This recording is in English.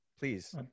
Please